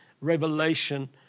revelation